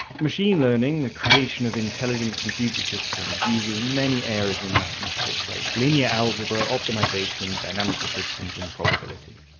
machine learning the creation of intelligent computer systems uses many areas in mathematics like linear algebra, optimisation, dynamical systems and probability.